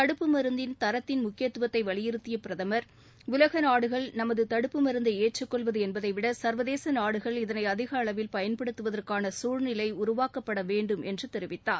தடுப்பு மருந்தின் தரத்தின் முக்கியத்துவத்தை வலியுறுத்திய பிரதமர் உலக நாடுகள் நமது தடுப்பு மருந்தை ஏற்றுக் கொள்வது என்பதைவிட சர்வதேச நாடுகள் இதனை அதிக அளவில் பயன்படுத்துவதற்கான சூழ்நிலை உருவாக்கப்பட வேண்டும் என்றும் தெரிவித்தார்